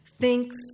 thinks